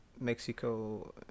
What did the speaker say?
Mexico